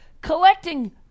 Collecting